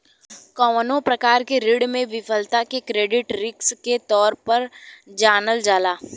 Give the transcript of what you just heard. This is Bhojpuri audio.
कवनो प्रकार के ऋण में विफलता के क्रेडिट रिस्क के तौर पर जानल जाला